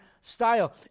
style